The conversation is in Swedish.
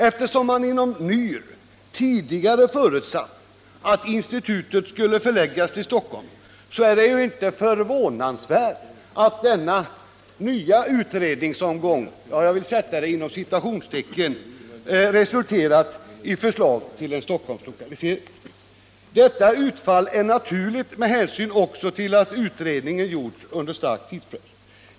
Eftersom man inom NYR tidigare hade förutsatt att institutet skulle förläggas till Stockholm är det inte förvånande att denna nya ”utredningsomgång” har resulterat i förslag till en Stockholmslokalisering. Detta utfall är naturligt också med hänsyn till att utredningen har gjorts under stark tidspress.